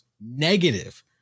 negative